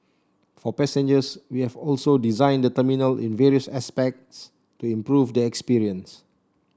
for passengers we have also designed the terminal in various aspects to improve the experience